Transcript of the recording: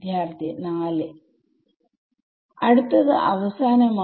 വിദ്യാർത്ഥി 4 അടുത്തത് അവസാനമായി